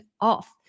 off